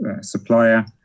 supplier